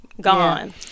gone